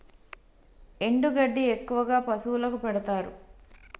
ఎండు గడ్డి ఎక్కువగా పశువులకు పెడుతారు